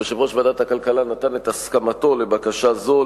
יושב-ראש ועדת הכלכלה נתן את הסכמתו לבקשה זו.